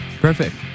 perfect